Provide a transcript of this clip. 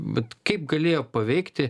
bet kaip galėjo paveikti